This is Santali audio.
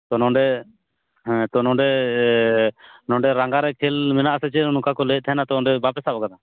ᱛᱚ ᱱᱚᱸᱰᱮ ᱦᱮᱸ ᱛᱚ ᱱᱚᱸᱰᱮ ᱱᱚᱸᱰᱮ ᱨᱟᱜᱟ ᱨᱮ ᱠᱷᱮᱞ ᱢᱮᱱᱟᱜ ᱟᱥᱮ ᱪᱮᱫ ᱚᱱᱠᱟ ᱠᱚ ᱞᱟᱹᱭᱮᱫ ᱛᱟᱦᱮᱱᱟ ᱛᱚ ᱚᱸᱰᱮ ᱵᱟᱯᱮ ᱥᱟᱵ ᱟᱠᱟᱫᱟ